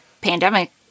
pandemic